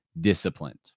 disciplined